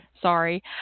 Sorry